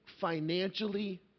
financially